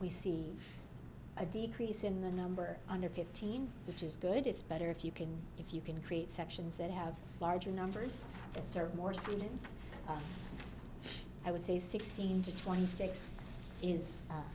we see a decrease in the number under fifteen which is good it's better if you can if you can create sections that have larger numbers that serve more students i would say sixteen to twenty six is